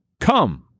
Come